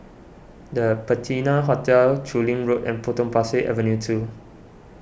the Patina Hotel Chu Lin Road and Potong Pasir Avenue two